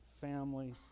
family